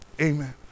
amen